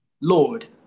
Lord